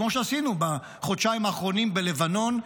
כמו שעשינו בחודשיים האחרונים בלבנון,